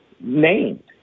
named